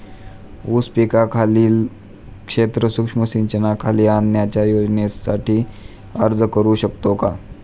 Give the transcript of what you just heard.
ऊस पिकाखालील क्षेत्र सूक्ष्म सिंचनाखाली आणण्याच्या योजनेसाठी अर्ज करू शकतो का?